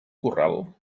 corral